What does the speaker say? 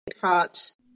parts